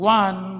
one